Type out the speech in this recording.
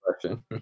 question